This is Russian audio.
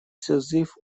созыв